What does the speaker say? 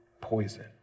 poison